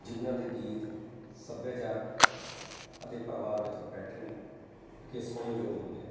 ਜਿਹਨਾਂ ਦੇ ਗੀਤ ਸੱਭਿਆਚਾਰਕ ਅਤੇ ਪਰਿਵਾਰ ਵਿੱਚ ਬੈਠਣ ਕੇ ਸੁਣਨ ਯੋਗ ਹੁੰਦੇ ਹਨ